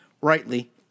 rightly